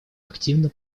активно